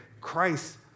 Christ